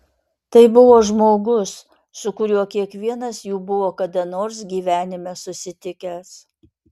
tai buvo žmogus su kuriuo kiekvienas jų buvo kada nors gyvenime susitikęs